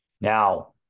Now